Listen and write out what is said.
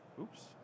Oops